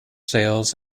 sales